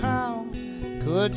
how good